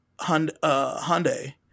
Hyundai